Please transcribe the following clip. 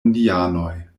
indianoj